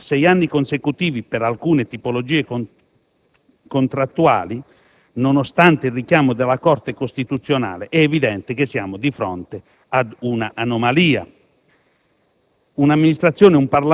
che viene poi riproposto per sei anni consecutivi per alcune tipologie contrattuali, nonostante il richiamo della Corte costituzionale, è evidente che siamo di fronte ad un'anomalia.